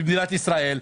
במדינת ישראל,